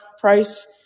price